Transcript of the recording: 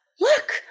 Look